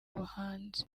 ubuhanzi